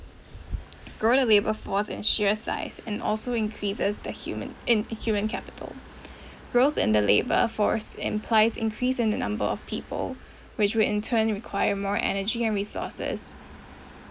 grow a labour force in sheer size and also increases the human in human capital growth in the labour force implies increase in the number of people which will in turn require more energy and resources